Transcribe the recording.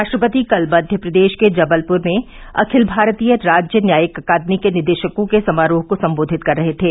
राष्ट्रपति कल मध्यप्रदेश के जबलपुर में अखिल भारतीय राज्य न्यायिक अकादमी के निदेशकों के समारोह को सम्बोधित कर रहे थे